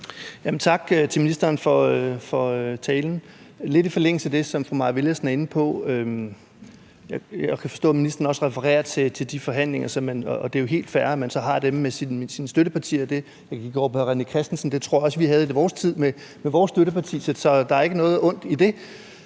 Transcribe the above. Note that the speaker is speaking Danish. Tak til ministeren for talen. Mit spørgsmål er lidt i forlængelse af det, som fru Mai Villadsen er inde på. Jeg kan forstå, at ministeren også refererer til de forhandlinger, og det er jo helt fair, at man så har dem med sine støttepartier. Jeg kan kigge over på hr. René Christensen; det tror jeg også vi havde i vores tid med vores støtteparti, så der er ikke noget ondt i det.